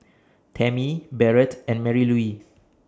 Tammy Barrett and Marylouise